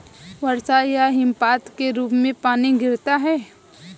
वर्षा या हिमपात के रूप में पानी गिरता है